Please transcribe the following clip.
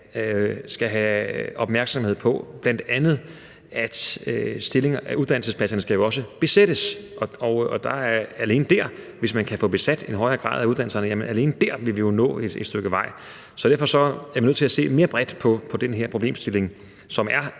skal have opmærksomhed på, bl.a. at uddannelsespladserne også skal besættes. Og alene der, hvis man kan få besat et større antal uddannelsespladser, vil vi jo nå et stykke vej. Derfor er vi nødt til at se mere bredt på den her problemstilling, som er